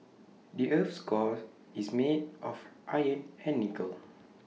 the Earth's core is made of iron and nickel